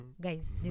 guys